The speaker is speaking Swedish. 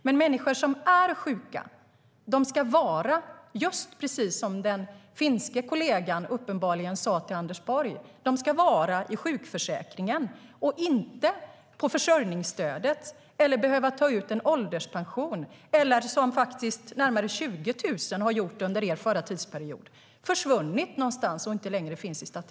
Men människor som är sjuka ska, precis som den finske kollegan uppenbarligen sa till Anders Borg, vara i sjukförsäkringen och inte i försörjningsstödet eller behöva ta ut en ålderspension. Under er förra regeringsperiod försvann närmare 20 000 - de finns inte längre i statistiken. Så ska det inte heller vara.